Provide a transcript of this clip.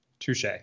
Touche